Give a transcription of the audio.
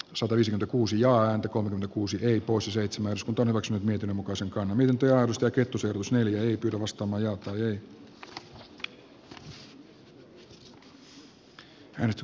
osa viisi kuusi jaa ääntä kun talouskasvun käynnistämiseksi eikä ole halunnut kääntää leikkaavaa talouspolitiikan suuntaa elvyttävämmäksi eikä näin ollen nauti eduskunnan luottamusta